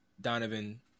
Donovan